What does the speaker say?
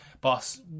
boss